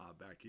back